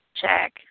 Check